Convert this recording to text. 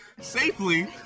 Safely